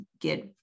get